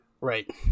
Right